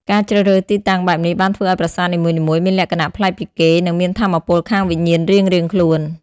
ការជ្រើសរើសទីតាំងបែបនេះបានធ្វើឲ្យប្រាសាទនីមួយៗមានលក្ខណៈប្លែកពីគេនិងមានថាមពលខាងវិញ្ញាណរៀងៗខ្លួន។